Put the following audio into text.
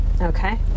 okay